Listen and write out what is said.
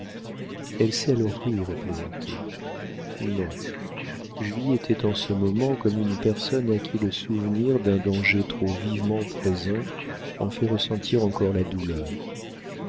elle sait alors rire et plaisanter non julie était en ce moment comme une personne à qui le souvenir d'un danger trop vivement présent en fait ressentir encore la douleur